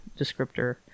descriptor